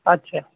আচ্ছা